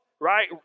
right